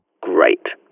Great